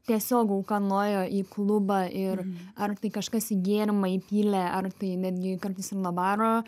tiesiog auka nuėjo į klubą ir ar tai kažkas į gėrimą įpylė ar tai netgi kartais ir nuo baro